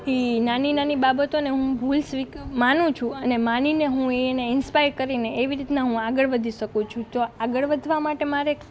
એ નાની નાની બાબતોને હું ભૂલ માનું છું અને માની ને હું એને ઇન્સ્પાય કરી ને એવી રીતનાં હું આગળ વધી શકું છું તો આગળ વધવાં માટે મારે